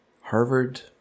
Harvard